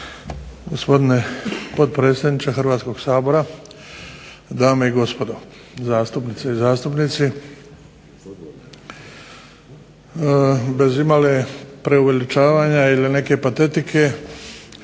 Gospodine potpredsjedniče Hrvatskog sabora, dame i gospodo zastupnice i zastupnici. Bez imalo preuveličavanja ili neke patetike